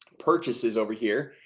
purchases over here,